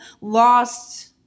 lost